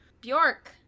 Bjork